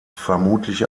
vermutlich